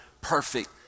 perfect